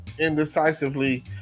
indecisively